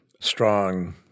strong